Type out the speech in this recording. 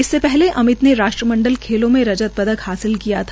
इससे पहले अमित ने राष्ट्रमंडल खेलों में रजत पदक हासिल किया था